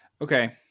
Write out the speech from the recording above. Okay